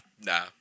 nah